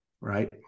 right